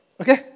Okay